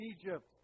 Egypt